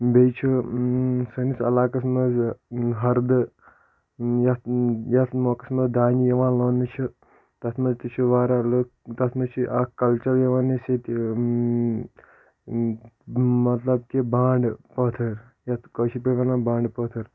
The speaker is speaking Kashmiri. بیٚیہِ چھُ سٲنِس علاقعس منٛز ہردٕ یَتھ یَتھ موقَعس منٛز دانہِ یِوان لونٕنہ چھ تَتھ منٛز تہِ چھِ واریاہ لُکھ تَتھ منٛز چھُ اکھ کَلچر یِوان اسہِ ییٚتہِ مطلب کہِ بانٛڈٕ پٲتھٕر یَتھ کٲشِر پٲٹھۍ وَنان بانٛڈٕ پٲتھٕر